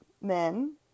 men